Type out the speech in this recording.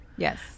Yes